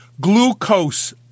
glucose